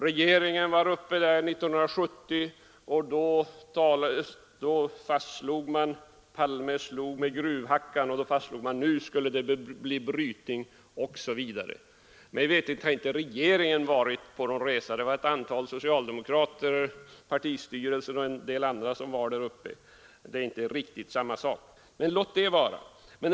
Regeringen var där uppe 1970, hette det, Palme slog med gruvhackan och nu skulle det bli brytning av. Mig veterligt har regeringen inte varit på någon resa dit upp. Det var partistyrelsen och några andra socialdemokrater. Det är inte riktigt samma sak. Men låt oss lämna det.